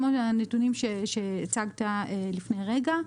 כמו הנתונים שהצגת לפני רגע,